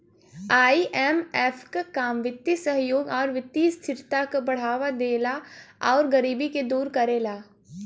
IMF क काम वित्तीय सहयोग आउर वित्तीय स्थिरता क बढ़ावा देला आउर गरीबी के दूर करेला